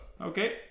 Okay